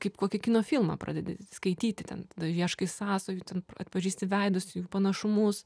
kaip kokį kino filmą pradedi skaityti ten ieškai sąsajų ten atpažįsti veidus jų panašumus